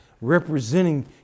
representing